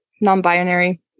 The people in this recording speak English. non-binary